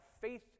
faith